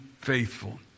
faithful